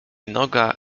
noga